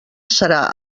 serà